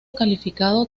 calificado